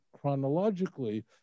chronologically